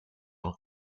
and